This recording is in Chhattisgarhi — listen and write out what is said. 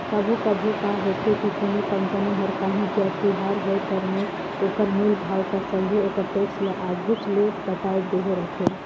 कभों कभों का होथे कि कोनो कंपनी हर कांही जाएत तियार होय पर में ओकर मूल भाव कर संघे ओकर टेक्स ल आघुच ले पटाए देहे रहथे